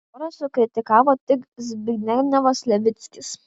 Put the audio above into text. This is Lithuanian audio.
porą sukritikavo tik zbignevas levickis